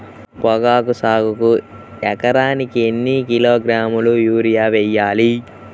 పొగాకు సాగుకు ఎకరానికి ఎన్ని కిలోగ్రాముల యూరియా వేయాలి?